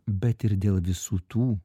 bet ir dėl visų tų